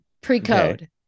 Pre-code